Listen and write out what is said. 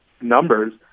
numbers